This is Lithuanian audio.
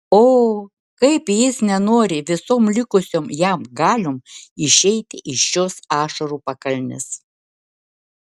o kaip jis nenori visom likusiom jam galiom išeiti iš šios ašarų pakalnės